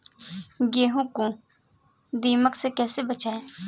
गेहूँ को दीमक से कैसे बचाएँ?